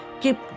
keep